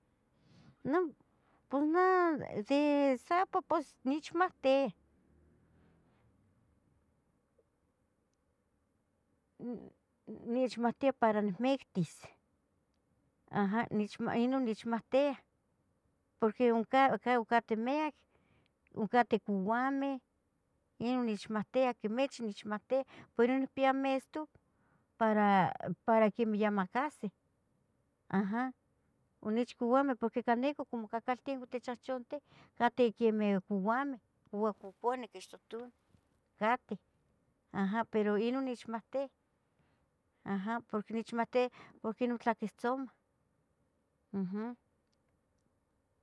Neh pos si pos nechmohtia, nnnnechmohtia para nihmictis, aha ino nechmotiah porque onca, oncateh miac, oncateh couameh, ino nechmohtia quimichih nechmohtia, pero inpia mestu, para, para que quemah yeh macahsi, aha, onich couameh porque canijo como cacaltenco tichahchantih cateh quemeh couameh, couacoconeh quistuhtun cateh aha, pero ino nechmohtia, aha porque nechmohtia porque ino tlaquihtzomah, uhm.